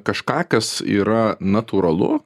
kažką kas yra natūralu